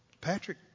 Patrick